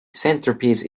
centerpiece